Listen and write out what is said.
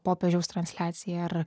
popiežiaus transliacija ar